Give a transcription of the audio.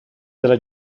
della